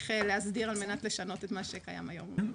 צריך להסדיר על מנת לשנות את מה שקיים היום.